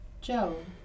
Joe